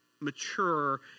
mature